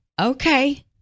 Okay